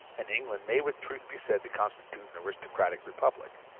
and england may with truth be said to constitute an aristocratic republic.